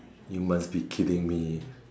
you must be kidding me